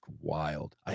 wild